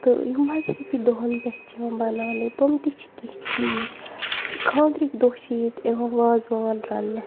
تہٕ یِم مذہبی دۄہَن پٮ۪ٹھ چھِ یِوان بَناونہٕ تِم تہِ چھِ کیٚنٛہہ چیٖز خاندرٕکۍ دۄہ چھِ ییٚتہِ یِوان وازٕوان رَننہٕ